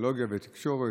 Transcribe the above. טכנולוגיה ותקשורת,